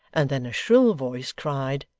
and then a shrill voice cried,